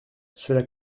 cela